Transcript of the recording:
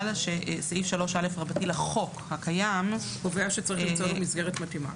בגלל שסעיף 3א לחוק הקיים --- קובע שצריך למצוא לו מסגרת מתאימה.